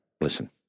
listen